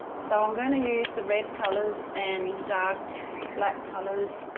so i'm going to use the red colors and dark black colors.